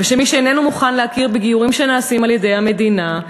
ושמי שאיננו מוכן להכיר בגיורים שנעשים על-ידי המדינה,